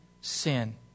sin